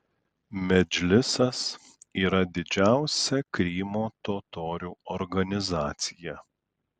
medžlisas yra didžiausia krymo totorių organizacija